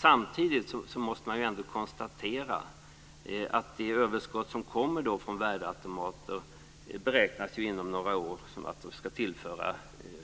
Samtidigt måste vi ändå konstatera att det överskott som kommer från värdeautomater beräknas inom några år tillföra idrotten